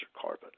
carbon